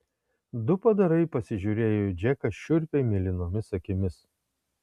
du padarai pasižiūrėjo į džeką šiurpiai mėlynomis akimis